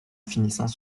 finissant